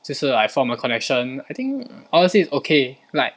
就是 like form a connection I think honestly it's okay like